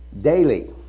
Daily